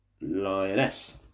Lioness